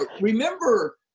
remember